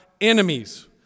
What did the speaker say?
enemies